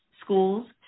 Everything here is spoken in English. schools